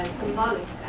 symbolic